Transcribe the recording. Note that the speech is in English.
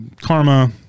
karma